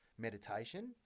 Meditation